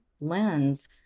lens